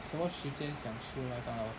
什么时间想吃麦当劳